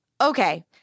Okay